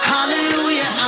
Hallelujah